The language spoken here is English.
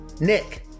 Nick